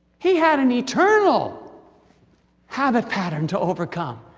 he had an eternal habit pattern to overcome.